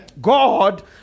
God